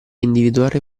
individuare